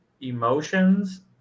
emotions